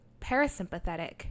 parasympathetic